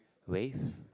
wave